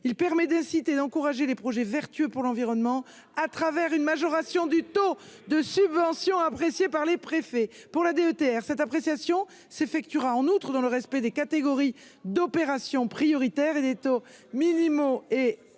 il permet d'inciter d'encourager les projets vertueux pour l'environnement à travers une majoration du taux de subvention appréciée par les préfets pour la DETR, cette appréciation s'effectuera en outre dans le respect des catégories d'opérations prioritaires et des taux minimaux et maximaux